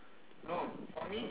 and then